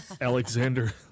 Alexander